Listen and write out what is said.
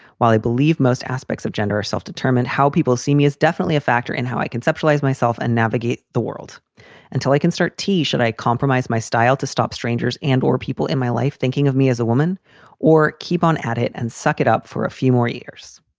while i believe most aspects of gender or self determine how people see me is definitely a factor in how i conceptualize myself and navigate the world until i can start t. should i compromise my style to stop strangers and or people in my life thinking of me as a woman or keep on at it and suck it up for a few more years?